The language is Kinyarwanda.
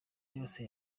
yose